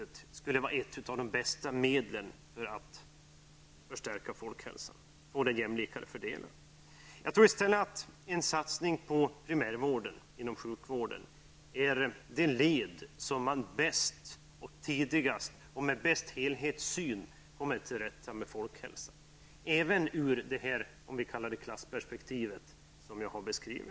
Det skulle vara ett av de bästa medlen för att förstärka folkhälsan och få en jämlikare fördelning, påstås det. Jag tror i stället att en satsning på primärvården inom sjukvården är det led där man bäst, tidigast och med bästa helhetssyn kommer till rätta med folkhälsoproblemen, även ur det klassperspektiv som jag beskrev.